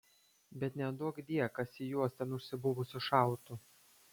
bet neduokdie kas į juos ten užsibuvusius šautų